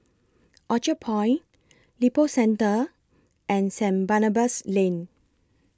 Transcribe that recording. Orchard Point Lippo Centre and Saint Barnabas Lane